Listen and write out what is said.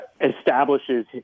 establishes